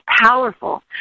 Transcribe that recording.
powerful